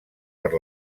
per